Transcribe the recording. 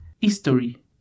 history